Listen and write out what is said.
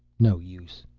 no use.